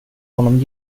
honom